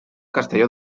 castelló